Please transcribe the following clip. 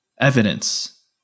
evidence